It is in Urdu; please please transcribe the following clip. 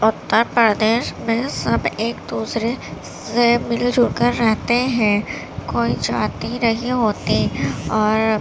اتر پردیش میں سب ایک دوسرے سے مل جل کر رہتے ہیں کوئی جاتی نہیں ہوتی اور